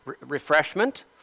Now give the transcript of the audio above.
refreshment